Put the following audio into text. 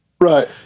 right